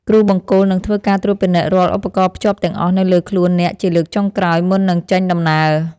គ្រូបង្គោលនឹងធ្វើការត្រួតពិនិត្យរាល់ឧបករណ៍ភ្ជាប់ទាំងអស់នៅលើខ្លួនអ្នកជាលើកចុងក្រោយមុននឹងចេញដំណើរ។